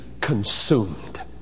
consumed